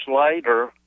later